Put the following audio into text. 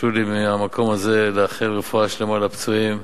תרשו לי מהמקום הזה לאחל רפואה שלמה לפצועים,